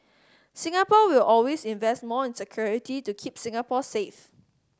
Singapore will always invest more in security to keep Singapore safe